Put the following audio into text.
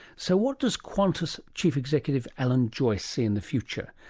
so what does qantas chief executive alan joyce see in the future?